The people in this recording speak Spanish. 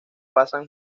pasan